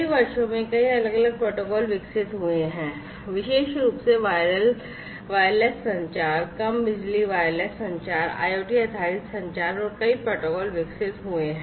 कई वर्षों में कई अलग अलग प्रोटोकॉल विकसित हुए हैं विशेष रूप से वायरलेस संचार कम बिजली वायरलेस संचार IoT आधारित संचार और कई प्रोटोकॉल विकसित हुए हैं